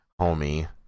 homie